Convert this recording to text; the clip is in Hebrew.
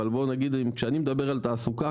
אבל בוא נגיד שכשאני מדבר על תעסוקה,